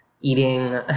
eating